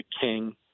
King